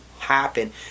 happen